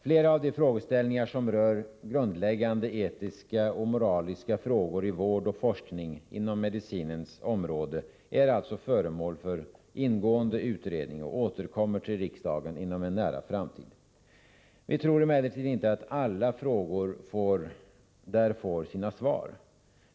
Flera av de frågeställningar som rör grundläggande etiska och moraliska frågor i vård och forskning inom medicinens område är alltså föremål för ingående utredning och återkommer till riksdagen inom en nära framtid. Vi tror emellertid inte att alla frågor härigenom får sina svar.